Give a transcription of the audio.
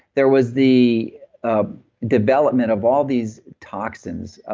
there was the ah development of all these toxins, ah